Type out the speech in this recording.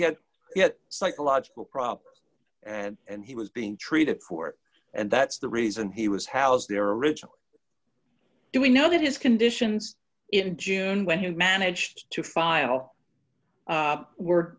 had yet psychological problems and he was being treated for it and that's the reason he was housed there originally do we know that his conditions in june when you managed to file were